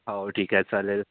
हो ठीक आहे चालेल